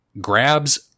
grabs